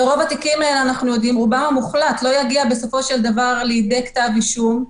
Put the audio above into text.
ורובם המוחלט לא יגיע בסופו של דבר לכדי כתב אישום.